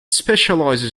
specializes